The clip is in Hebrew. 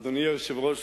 אדוני היושב-ראש,